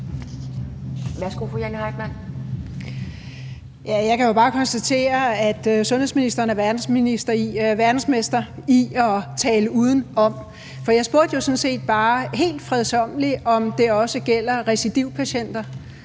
Jeg kan jo bare konstatere, at sundhedsministeren er verdensmester i at tale udenom. Jeg spurgte sådan set bare helt fredsommeligt, om det også gælder recidivpatienter,